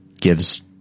gives